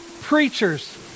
preachers